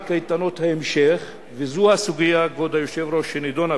המבקר ממשיך ואומר את הדברים הבאים: "מבדיקת 79 דוחות